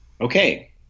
Okay